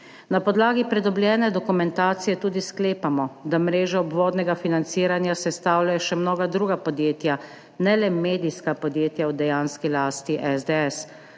Na podlagi pridobljene dokumentacije tudi sklepamo, da mrežo obvodnega financiranja sestavljajo še mnoga druga podjetja, ne le medijska podjetja v dejanski lasti SDS.